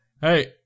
hey